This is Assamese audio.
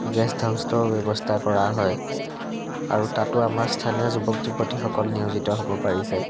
গেছট হাউচৰ ব্যৱস্থা কৰা হয় আৰু তাতো আমাৰ স্থানীয় যুৱক যুৱতীসকল নিয়োজিত হ'ব পাৰিছে